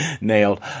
nailed